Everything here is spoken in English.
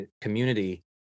community